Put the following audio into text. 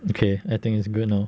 okay I think it's good now